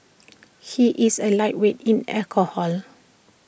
he is A lightweight in alcohol